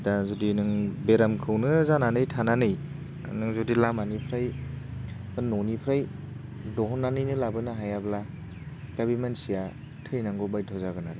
दा जुदि नों बेरामखौनो जानानै थानानै नों जुदि लामानिफ्राय होन न'निफ्राय बहननानैनो लाबोनो हायाब्ला दा बे मानसिया थैनांगौ बायद' जागोन आरो